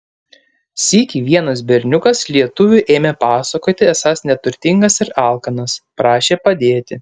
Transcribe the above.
sykį vienas berniukas lietuviui ėmė pasakoti esąs neturtingas ir alkanas prašė padėti